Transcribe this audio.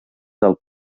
del